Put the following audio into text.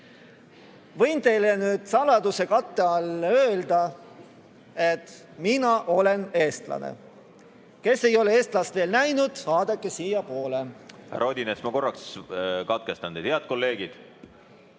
Võin teile saladuskatte all öelda, et mina olen eestlane. Kes ei ole eestlast veel näinud, vaadake siiapoole. Härra Odinets, ma korraks katkestan teid. Head kolleegid!